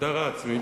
הגדרה עצמית,